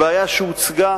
הבעיה שהוצגה